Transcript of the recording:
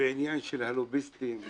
בעניין של הלוביסטים,